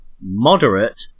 Moderate